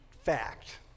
fact